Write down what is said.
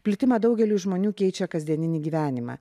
plitimą daugeliui žmonių keičia kasdieninį gyvenimą